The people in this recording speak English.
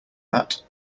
that